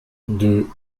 deux